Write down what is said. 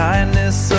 Kindness